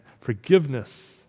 forgiveness